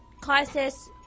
causes